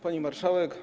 Pani Marszałek!